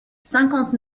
cinquante